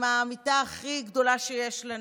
העמיתה הכי גדולה שיש לנו,